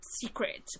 secret